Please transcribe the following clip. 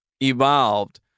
evolved